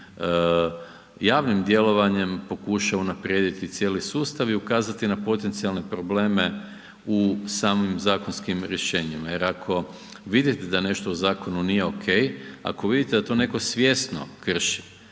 javnim djelovanjem pokuša unaprijediti cijeli sustav i ukazati na potencijalne probleme u samim zakonskim rješenjima jer ako vidite da nešto u zakonu nije ok, ako vidite da to netko svjesni krši,